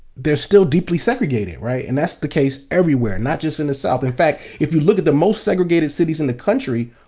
they're still deeply segregated, right? and that's the case everywhere, not just in the south. in fact, if you look at the most segregated cities in the country,